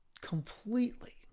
Completely